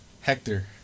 Hector